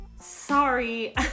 sorry